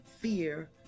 fear